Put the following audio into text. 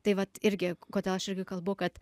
tai vat irgi kodėl aš irgi kalbu kad